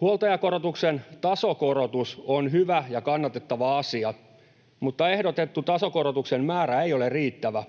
Huoltajakorotuksen tasokorotus on hyvä ja kannatettava asia, mutta ehdotettu tasokorotuksen määrä ei ole riittävä,